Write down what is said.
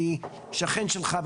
אני שכן שלך,